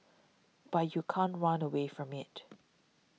but you can't run away from it